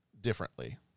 differently